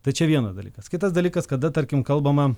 tai čia vienas dalykas kitas dalykas kada tarkim kalbama